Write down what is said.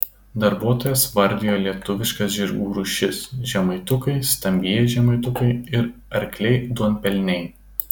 darbuotojas vardijo lietuviškas žirgų rūšis žemaitukai stambieji žemaitukai ir arkliai duonpelniai